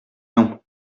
non